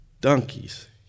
donkeys